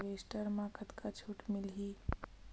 Harvester म कतका छूट मिलही?